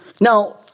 Now